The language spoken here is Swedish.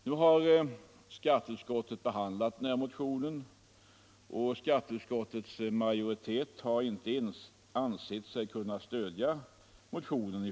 Nu har skatteutskottet behandlat motionen, och utskottets majoritet har inte ansett sig kunna stödja den.